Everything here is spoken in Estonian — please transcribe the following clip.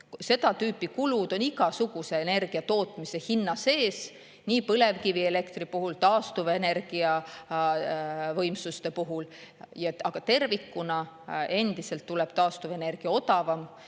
seda tüüpi kulud on igasuguse energia tootmise hinna sees, nii põlevkivielektri puhul kui ka taastuvenergiavõimsuste puhul. Tervikuna tuleb taastuvenergia endiselt